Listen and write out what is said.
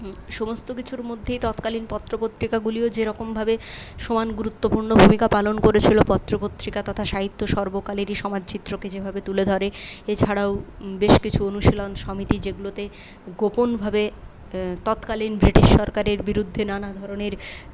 সমস্ত কিছুর মধ্যেই তৎকালীন পত্র পত্রিকাগুলিও যেরকমভাবে সমান গুরুত্বপূর্ণ ভূমিকা পালন করেছিল পত্র পত্রিকা তথা সাহিত্য সর্বকালেরই সমাজ চিত্রকে যেভাবে তুলে ধরে এছাড়াও বেশ কিছু অনুশীলন সমিতি যেগুলোতে গোপনভাবে তৎকালীন ব্রিটিশ সরকারের বিরুদ্ধে নানা ধরণের